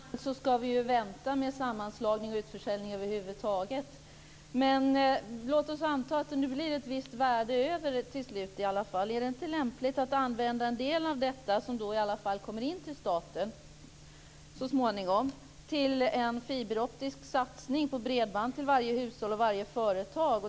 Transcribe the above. Fru talman! Med det resonemanget ska vi ju vänta med sammanslagning och utförsäljning över huvud taget. Låt oss anta att det nu blir ett visst värde över till slut i alla fall. Är det inte lämpligt att använda en del av detta, som då i alla fall kommer in till staten så småningom, till en fiberoptisk satsning på bredband till varje hushåll och varje företag?